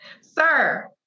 Sir